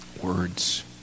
words